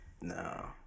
No